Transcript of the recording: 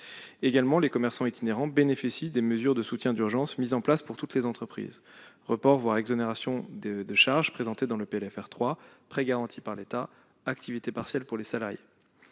itinérants peuvent également bénéficier des mesures de soutien d'urgence mises en place pour toutes les entreprises : reports, voire exonérations de charges présentées dans le PLFR 3, prêts garantis par l'État, activité partielle pour les salariés.